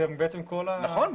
נכון.